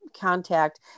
contact